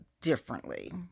differently